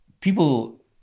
people